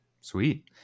Sweet